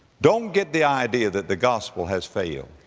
don't get the idea that the gospel has failed.